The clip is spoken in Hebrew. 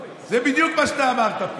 זה בדיוק מה שאתה אמרת פה.